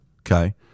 okay